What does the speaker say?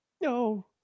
No